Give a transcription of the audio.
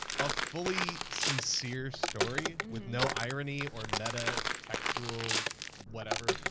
a fully sincere story with no irony or meta textual whatever.